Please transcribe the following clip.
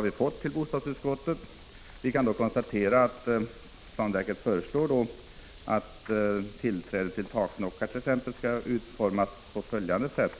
Vi har fått dem till bostadsutskottet, och vi kan konstatera att planverket föreslår att exempelvis tillträde till taknockar skall utformas på följande sätt: